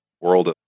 world